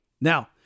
Now